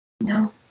No